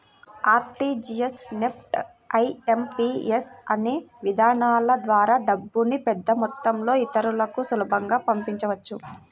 RTGS, NEFT, IMPS అనే విధానాల ద్వారా డబ్బుని పెద్దమొత్తంలో ఇతరులకి సులభంగా పంపించవచ్చు